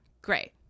great